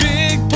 Big